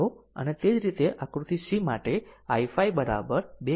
અને તે જ રીતે આકૃતિ c માટે i5 2